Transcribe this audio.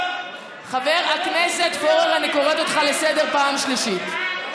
חבר הכנסת פורר, אני קוראת אותך לסדר פעם שלישית.